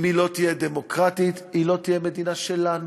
אם היא לא תהיה דמוקרטית, היא לא תהיה מדינה שלנו.